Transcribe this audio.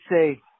say